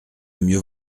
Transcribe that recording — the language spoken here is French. mieux